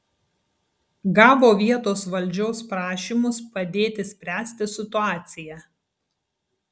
gavo vietos valdžios prašymus padėti spręsti situaciją